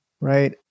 right